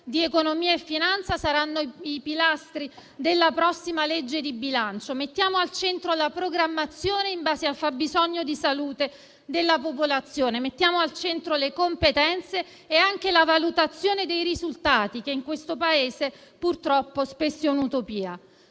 di economia e finanza e saranno i pilastri della prossima legge di bilancio. Mettiamo al centro la programmazione in base al fabbisogno di salute della popolazione. Mettiamo al centro le competenze e anche la valutazione dei risultati, cosa che in questo Paese, purtroppo, spesso è un'utopia.